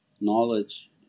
knowledge